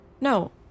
No